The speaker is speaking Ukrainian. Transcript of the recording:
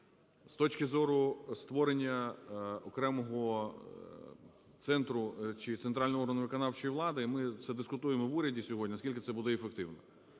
З точки зору створення окремого центру чи центрального органу виконавчої влади, ми це дискутуємо в уряді сьогодні, наскільки це буде ефективно.